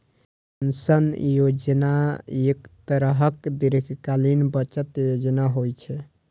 pension योजना एक तरहक दीर्घकालीन बचत योजना होइ छै